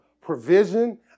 provision